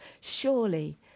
surely